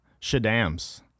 Shadam's